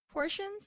Portions